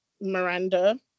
Miranda